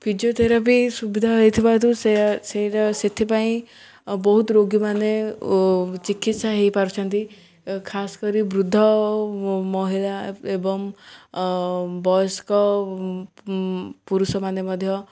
physiotherapy ସୁବିଧା ହେଇଥିବା ହେତୁ ସେରା ସେଥିପାଇଁ ବହୁତ ରୋଗୀମାନେ ଚିକିତ୍ସା ହେଇପାରୁଛନ୍ତି ଖାସ୍ କରି ବୃଦ୍ଧ ମହିଳା ଏବଂ ବୟସ୍କ ପୁରୁଷମାନେ ମଧ୍ୟ